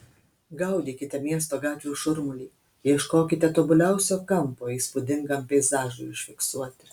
gaudykite miesto gatvių šurmulį ieškokite tobuliausio kampo įspūdingam peizažui užfiksuoti